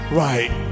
right